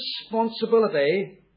responsibility